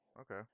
Okay